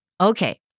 Okay